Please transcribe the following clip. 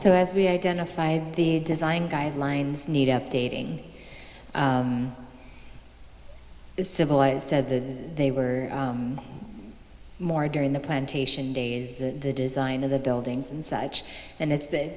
so as we identify the design guidelines need updating it's civilized said that they were more during the plantation days the design of the buildings and such and it's been